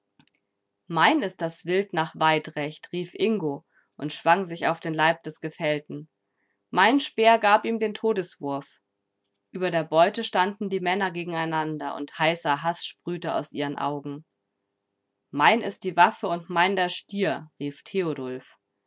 mein ist das wild nach weidrecht rief ingo und schwang sich auf den leib des gefällten mein speer gab ihm den todeswurf über der beute standen die männer gegeneinander und heißer haß sprühte aus ihren augen mein ist die waffe und mein der stier rief theodulf